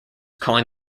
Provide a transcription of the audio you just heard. calling